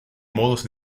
modos